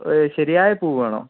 ശരിയായ പൂവ് വേണോ